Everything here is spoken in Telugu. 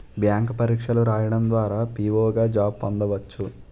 బ్యాంక్ పరీక్షలు రాయడం ద్వారా పిఓ గా జాబ్ పొందవచ్చు